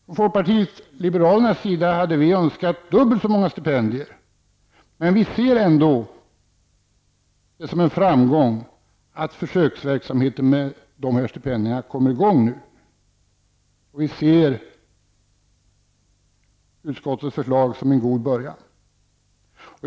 Från folkpartiet liberalernas sida hade vi önskat dubbelt så många stipendier, men vi ser det ändå som en framgång att försöksverksamheten med dessa stipendier kommer i gång. Vi ser utskottets förslag som en god början.